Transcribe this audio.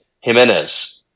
Jimenez